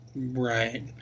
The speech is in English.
Right